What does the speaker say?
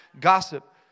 Gossip